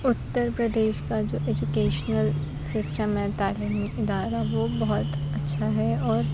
اتر پردیش کا جو educational system ہے تعلیمی ادارہ وہ بہت اچھا ہے اور